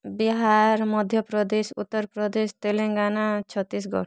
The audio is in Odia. ବିହାର ମଧ୍ୟପ୍ରଦେଶ ଉତ୍ତରପ୍ରଦେଶ ତେଲେଙ୍ଗାନା ଛତିଶଗଡ଼